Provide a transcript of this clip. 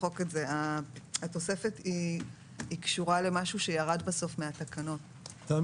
בבדיקת קורונה שבוצעה בשיטת PCR במסגרת תכנית מגן חינוך,